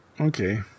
okay